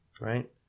right